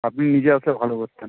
আপনি নিজে আসলে ভালো করতেন